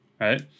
right